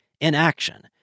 inaction